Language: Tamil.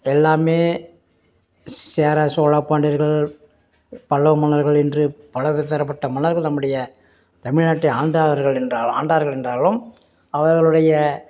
எல்லாம் சேர சோழ பாண்டியர்கள் பல்லவ மன்னர்கள் என்று பல வி தரப்பட்ட மன்னர்கள் நம்முடைய தமிழ்நாட்டை ஆண்டார்கள் என்றால் ஆண்டார்கள் என்றாலும் அவர்களுடைய